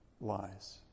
lies